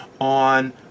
on